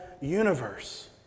universe